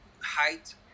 height